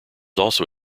also